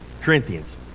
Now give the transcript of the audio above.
Corinthians